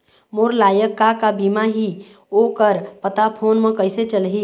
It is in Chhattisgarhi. मोर लायक का का बीमा ही ओ कर पता फ़ोन म कइसे चलही?